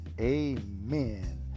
Amen